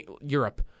Europe